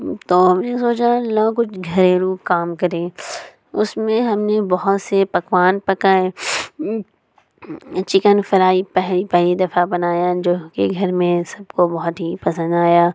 تو ہم نے سوچا لاؤ کچھ گھریلو کام کریں اس میں ہم نے بہت سے پکوان پکائے چکن فرائی پہلی پہلی دفع بنایا جو کہ گھر میں سب کو بہت ہی پسند آیا